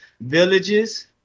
villages